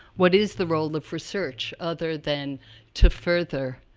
what is the role of research, other than to further,